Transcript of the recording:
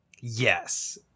Yes